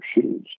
shoes